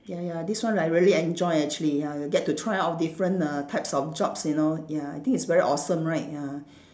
ya ya this one like really enjoy actually ya you get to try out different err types of jobs you know ya I think it's very awesome right ya